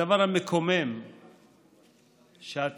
הדבר המקומם שבתקשורת,